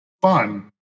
fun